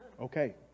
okay